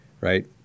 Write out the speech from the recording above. Right